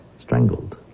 Strangled